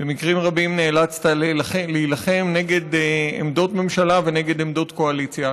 במקרים רבים נאלצת להילחם נגד עמדות הממשלה ונגד עמדות הקואליציה,